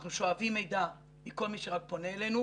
אנחנו שואבים מידע מכל מי שרק פונה אלינו,